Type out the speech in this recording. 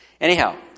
Anyhow